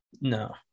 No